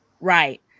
Right